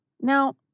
Now